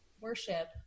worship